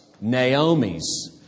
Naomi's